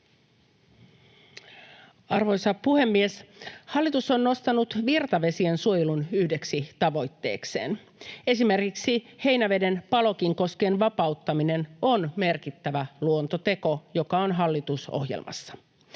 Arvoisa puhemies! Hallitus on nostanut virtavesien suojelun yhdeksi tavoitteekseen. Esimerkiksi Heinäveden Palokin koskien vapauttaminen on merkittävä luontoteko, joka on hallitusohjelmassa.